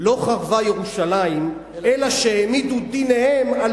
לא חרבה ירושלים אלא שהעמידו דיניהם על